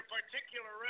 particular